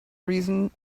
reason